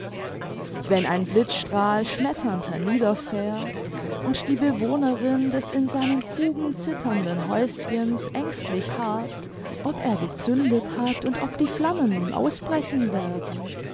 wenn ein blitzstrahl schmetternd herniederfährt und die bewohnerin des in seinen fugen zitternden häuschens ängstlich harrt ob er gezündet hat und ob die flammen nun ausbrechen werden